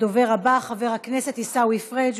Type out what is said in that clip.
הדובר הבא, חבר הכנסת עיסאווי פריג'.